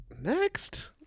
Next